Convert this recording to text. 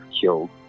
killed